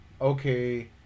okay